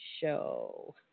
show